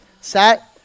Set